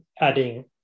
adding